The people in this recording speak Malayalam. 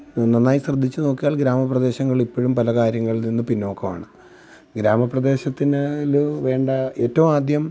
നന്നായി ശ്രദ്ധിച്ചു നോക്കിയാൽ ഗ്രാമപ്രദേശങ്ങളിപ്പോഴും പല കാര്യങ്ങളിൽ നിന്ന് പിന്നോക്കമാണ് ഗ്രാമപ്രദേശത്തിൽ വേണ്ട ഏറ്റവുമാദ്യം